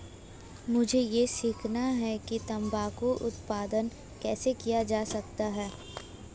मुझे यह सीखना है कि तंबाकू उत्पादन कैसे किया जा सकता है?